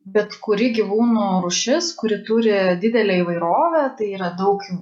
bet kuri gyvūnų rūšis kuri turi didelę įvairovę tai yra daug